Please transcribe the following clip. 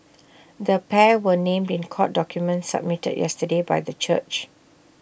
the pair were named in court documents submitted yesterday by the church